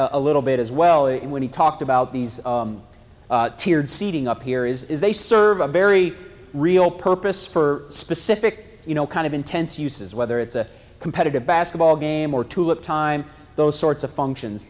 a little bit as well in when he talked about these tiered seating up here is they serve a very real purpose for specific you know kind of intense uses whether it's a competitive basketball game or to look time those sorts of functions